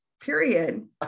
period